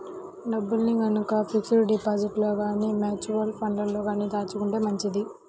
డబ్బుల్ని గనక ఫిక్స్డ్ డిపాజిట్లలో గానీ, మ్యూచువల్ ఫండ్లలో గానీ దాచుకుంటే మంచిది